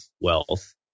wealth